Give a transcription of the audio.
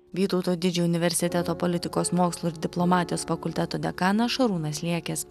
vytauto didžiojo universiteto politikos mokslų ir diplomatijos fakulteto dekanas šarūnas liekis